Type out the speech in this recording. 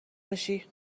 باشی